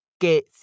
que